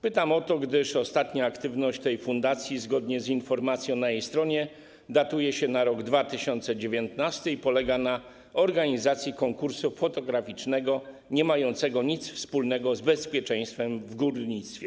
Pytam o to, gdyż ostatnią aktywność tej fundacji zgodnie z informacją na jej stronie datuje się na rok 2019, a polegała ona na organizacji konkursu fotograficznego niemającego nic wspólnego z bezpieczeństwem w górnictwie.